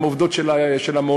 הן עובדות של המעונות,